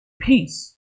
peace